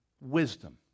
wisdom